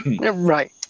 Right